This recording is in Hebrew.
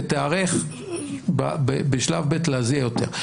ותיערך בשלב ב' להביא יותר.